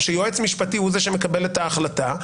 או שיועץ משפטי הוא זה שמקבל את ההחלטה,